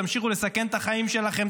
תמשיכו לסכן את החיים שלכם,